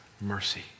mercy